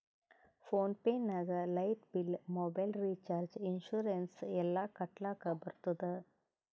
phone pay ನಾಗ್ light bill, mobile recharge, insurance ಎಲ್ಲಾ ಕಟ್ಟಲಕ್ ಬರ್ತುದ್